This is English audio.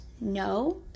No